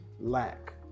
lack